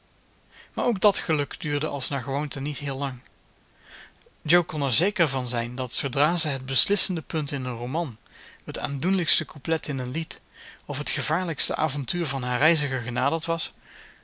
maar ook dat geluk duurde als naar gewoonte niet heel lang jo kon er zeker van zijn dat zoodra ze het beslissend punt in een roman het aandoenlijkste couplet in een lied of het gevaarlijkste avontuur van haar reiziger genaderd was